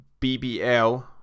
BBL